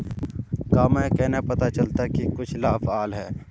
गाँव में केना पता चलता की कुछ लाभ आल है?